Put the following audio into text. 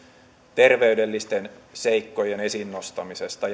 terveydellisten seikkojen esiin nostamisesta